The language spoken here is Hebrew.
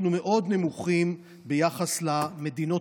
אנחנו מאוד נמוכים ביחס למדינות